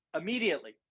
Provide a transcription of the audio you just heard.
immediately